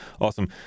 awesome